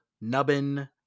nubbin